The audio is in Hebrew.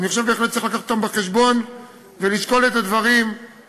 אני חושב שבהחלט צריך להביא אותן בחשבון ולשקול את הדברים להמשך.